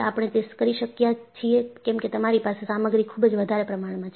આપણે તે કરી શક્યા છીએ કેમકે તમારી પાસે સામગ્રી ખુબ જ વધારે પ્રમાણમાં છે